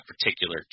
particular